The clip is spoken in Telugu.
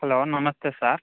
హలో నమస్తే సార్